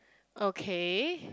okay